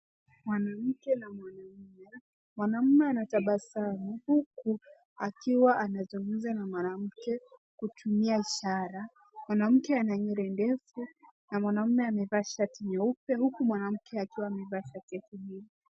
Mwanamke na mwanaume. Mwanaume anatabasamu huku akiwa anazungumza na mwanamke kutumia ishara. Mwanamke ana nywele ndefu na mwanaume amevaa shati nyeupe huku mwanamke akiwa amevaa shati ya kijivu.